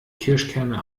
kirschkerne